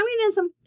Communism